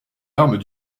armes